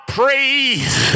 praise